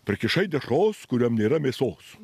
prikišai dešros kuriom nėra mėsos